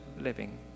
living